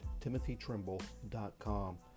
timothytrimble.com